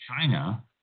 China